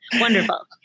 Wonderful